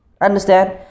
Understand